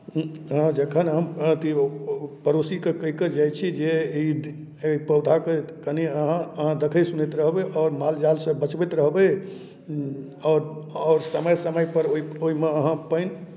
हँ जखन हम अथि ओ पड़ोसीकेँ कहि कऽ जाइ छी जे ई एहि पौधाकेँ कनि अहाँ अहाँ देखैत सुनैत रहबै आओर माल जालसँ बचबैत रहबै आओर आओर समय समयपर ओहि ओहिमे अहाँ पानि